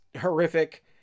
horrific